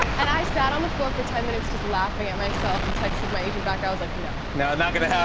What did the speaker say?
and i sat on the floor for ten minutes, just laughing at myself, and texted my agent back i was like, no. no, not gonna